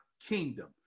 kingdom